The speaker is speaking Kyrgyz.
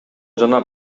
жана